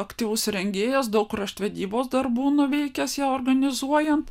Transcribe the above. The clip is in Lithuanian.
aktyvus rengėjas daug raštvedybos darbų nuveikęs ją organizuojant